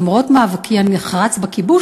למרות מאבקי הנחרץ בכיבוש,